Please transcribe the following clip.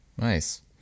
nice